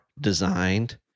designed